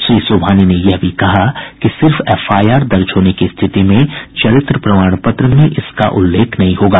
श्री सुबहानी ने यह भी कहा कि सिर्फ एफआईआर दर्ज होने की स्थिति में चरित्र प्रमाण पत्र में इसका उल्लेख नहीं होगा